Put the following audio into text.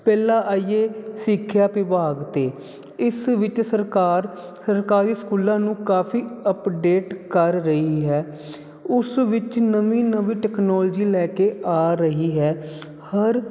ਪਹਿਲਾਂ ਆਈਏ ਸਿੱਖਿਆ ਵਿਭਾਗ ਤੇ ਇਸ ਵਿੱਚ ਸਰਕਾਰ ਸਰਕਾਰੀ ਸਕੂਲਾਂ ਨੂੰ ਕਾਫੀ ਅਪਡੇਟ ਕਰ ਰਹੀ ਹੈ ਉਸ ਵਿੱਚ ਨਵੀਂ ਨਵੀਂ ਟੈਕਨੋਲਜੀ ਲੈ ਕੇ ਆ ਰਹੀ ਹੈ ਹਰ